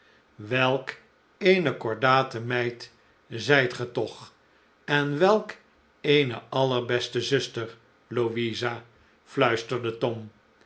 welk eene cordate meid zijt ge toch en welk eene all erbeste zuster louisa fluisterde tom